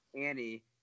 annie